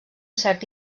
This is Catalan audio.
cert